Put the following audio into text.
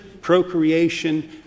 procreation